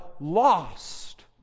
lost